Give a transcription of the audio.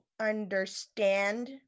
understand